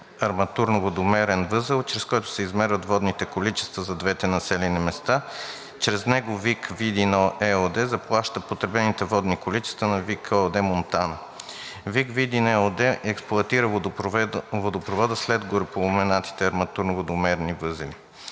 арматурно-водомерен възел, чрез който се измерват водните количества за двете населени места. Чрез него „ВиК Видин“ ЕООД, заплаща потребените водни количества на „ВиК“ ООД – Монтана. „ВиК Видин“ ЕООД експлоатира водопровода след гореупоменатия арматурно-водомерен възел.